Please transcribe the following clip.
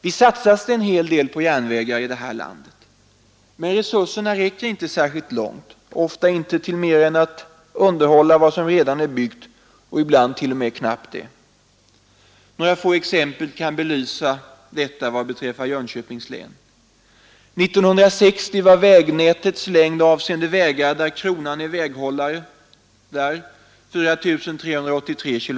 Visst satsas det en hel del på vägar här i landet, men resurserna räcker inte särskilt långt, oftast inte till mera än att underhålla vad som redan är byggt och ibland t.o.m. knappt det. Några få exempel kan belysa detta vad beträffar Jönköpings län. 1960 var vägnätets längd avseende vägar där kronan är väghållare 4 383 km.